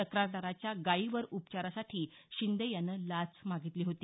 तक्रारदाराच्या गाईवर उपचारासाठी शिंदे यानं लाच मागितली होती